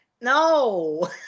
No